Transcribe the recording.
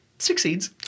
Succeeds